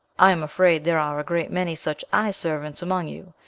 i am afraid there are a great many such eye-servants among you,